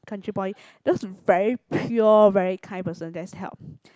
country boy those very pure very kind person that's help